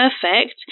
perfect